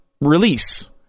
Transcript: release